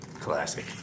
Classic